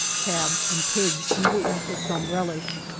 calves, and pigs he will eat with some relish,